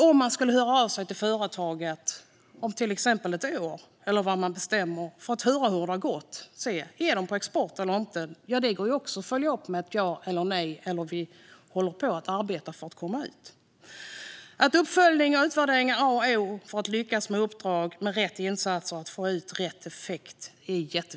Om man hör av sig till företaget efter ett år eller vad man nu bestämmer för att höra hur det har gått - är de på export eller inte? - går det också att följa upp med en fråga där svaret är ja, nej eller att man håller på att arbeta för att komma ut på exportmarknaden. Uppföljning och utvärdering är A och O för att lyckas med uppdrag med rätt insatser och få ut rätt effekter.